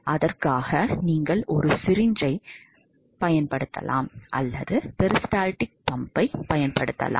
அதற்காக நீங்கள் ஒரு சிரிஞ்ச் பம்பைப் பயன்படுத்தலாம் அல்லது பெரிஸ்டால்டிக் பம்பைப் பயன்படுத்தலாம்